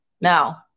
Now